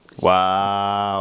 Wow